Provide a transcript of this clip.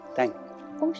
Thank